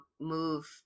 move